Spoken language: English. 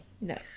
No